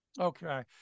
Okay